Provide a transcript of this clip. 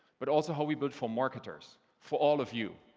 but also how we build for marketers for all of you.